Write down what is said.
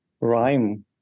rhyme